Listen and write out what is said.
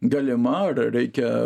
galima ar reikia